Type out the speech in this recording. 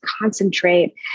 concentrate